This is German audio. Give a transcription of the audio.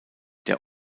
der